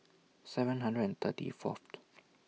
seven hundred and thirty Fourth